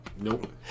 nope